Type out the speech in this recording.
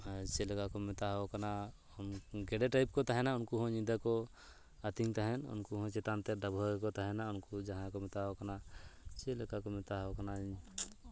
ᱪᱮᱫ ᱞᱮᱠᱟ ᱠᱚ ᱢᱮᱛᱟᱣᱟᱠᱚ ᱠᱟᱱᱟ ᱜᱮᱰᱮ ᱴᱟᱭᱤᱯ ᱠᱚ ᱛᱟᱦᱮᱱᱟ ᱩᱱᱠᱩ ᱦᱚᱸ ᱧᱤᱫᱟᱹ ᱠᱚ ᱟᱹᱛᱤᱧ ᱛᱟᱦᱮᱸᱫ ᱩᱱᱠᱩ ᱦᱚᱸ ᱪᱮᱛᱟᱱ ᱛᱮ ᱰᱟᱹᱵᱷᱟᱹᱣ ᱜᱮᱠᱚ ᱛᱟᱦᱮᱱᱟ ᱩᱱᱠᱩ ᱡᱟᱦᱟᱸᱭ ᱠᱚ ᱢᱮᱛᱟᱣ ᱠᱚ ᱠᱟᱱᱟ ᱪᱮᱫ ᱞᱮᱠᱟ ᱠᱚ ᱢᱮᱛᱟᱣ ᱠᱚ ᱠᱟᱱᱟ